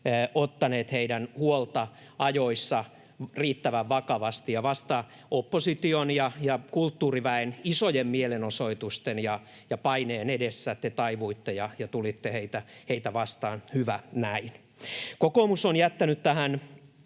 ottaneet heidän huoltaan ajoissa riittävän vakavasti. Vasta opposition ja kulttuuriväen isojen mielenosoitusten ja paineen edessä te taivuitte ja tulitte heitä vastaan, hyvä näin. Kokoomus on jättänyt tähän